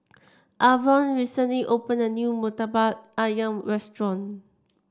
Avon recently opened a new murtabak ayam restaurant